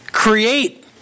Create